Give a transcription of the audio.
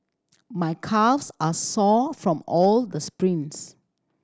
my calves are sore from all the sprints